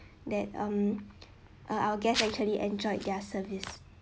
that um our our guest actually enjoyed their service